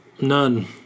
None